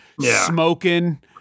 smoking